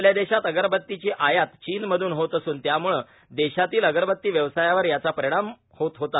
आपल्या देशात अगरबतीची आयात चीन मधून होत असून यामुळे देशातील अगरबती व्यवसायावर याचा परिणाम होत होता